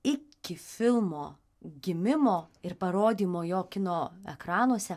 iki filmo gimimo ir parodymo jo kino ekranuose